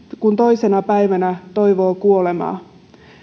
kun toisena päivänä toivoo kuolemaa